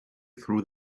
through